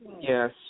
Yes